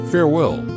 farewell